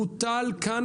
זה בוטל כאן,